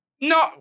No